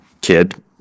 kid